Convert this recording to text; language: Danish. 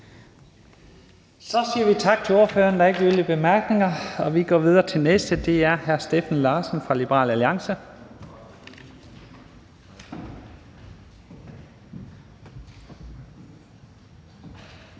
Så siger vi tak til ordføreren. Der er ikke yderligere bemærkninger. Vi går videre til den næste, og det er hr. Steffen Larsen fra Liberal Alliance.